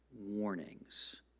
warnings